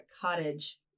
cottage